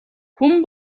хүн